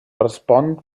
respon